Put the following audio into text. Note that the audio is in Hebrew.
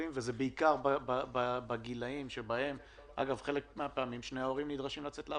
בחלק מהפעמים שני ההורים נדרשים לצאת לעבודה.